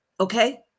Okay